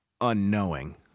unknowing